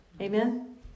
Amen